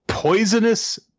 Poisonous